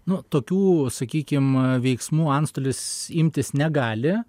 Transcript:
nu tokių sakykim veiksmų antstolis imtis negali